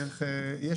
יש